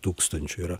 tūkstančių yra